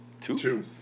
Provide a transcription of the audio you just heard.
two